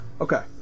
okay